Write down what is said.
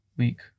week